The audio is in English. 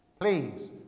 Please